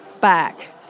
back